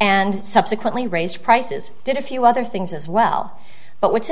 and subsequently raised prices did a few other things as well but what's